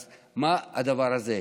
אז מה הדבר הזה?